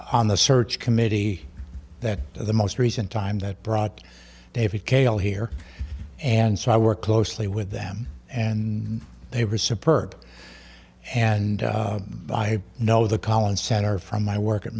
on the search committee that the most recent time that brought david kale here and so i worked closely with them and they were support and by i know the college center from my work at